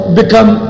become